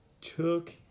took